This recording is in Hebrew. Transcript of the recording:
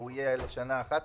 והוא יהיה לשנה אחת,